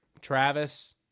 Travis